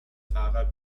fahrer